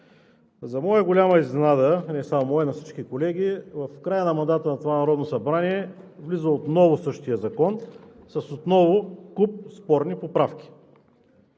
За моя голяма изненада – не само моя, но и на всички колеги, в края на мандата на това Народно събрание влиза отново същия закон, отново с куп спорни поправки.